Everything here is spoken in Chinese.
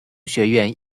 学院